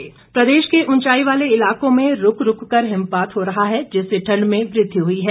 मौसम प्रदेश के ऊंचाई वाले इलाकों में रूक रूक कर हिमपात हो रहा है जिससे ठंड में वृद्वि हुई है